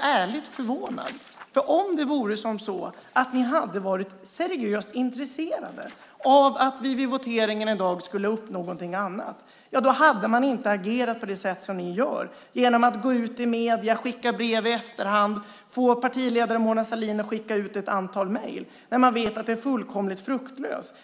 ärligt förvånad över. Vore det så att ni är seriöst intresserade av att vi vid voteringen i dag skulle uppnå någonting annat hade ni inte agerat på det sätt som ni gör - gå ut i medierna, skicka brev i efterhand och få partiledare Mona Sahlin att skicka ut ett antal mejl - när man vet att det är fullkomligt fruktlöst.